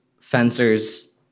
fencers